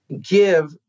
give